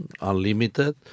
unlimited